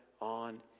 on